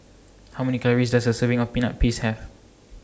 How Many Calories Does A Serving of Peanut Paste Have